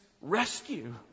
rescue